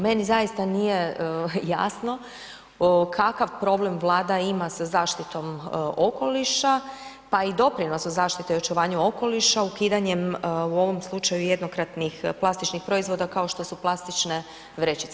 Meni zaista nije jasno kakav problem Vlada ima sa zaštitom okoliša pa i doprinos za zaštitu i očuvanje okoliša ukidanjem u ovom slučaju jednokratnih plastičnih proizvoda kao što su plastične vrećice.